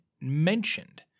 mentioned